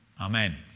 Amen